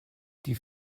die